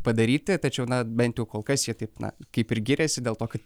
padaryti tačiau na bent jau kol kas jie taip na kaip ir giriasi dėl to kad